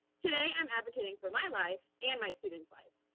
today, i'm advocating for my life and my student's life.